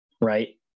right